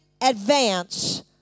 advance